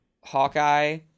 Hawkeye